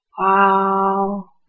Wow